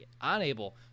unable